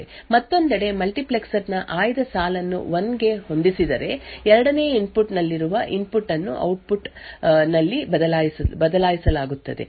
ಮತ್ತೊಂದೆಡೆ ಮಲ್ಟಿಪ್ಲೆಕ್ಸರ್ ನ ಆಯ್ದ ಸಾಲನ್ನು 1 ಗೆ ಹೊಂದಿಸಿದರೆ 2 ನೇ ಇನ್ಪುಟ್ ನಲ್ಲಿರುವ ಇನ್ಪುಟ್ ಅನ್ನು ಔಟ್ಪುಟ್ ನಲ್ಲಿ ಬದಲಾಯಿಸಲಾಗುತ್ತದೆ